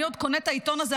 מי עוד קונה את העיתון הזה,